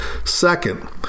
Second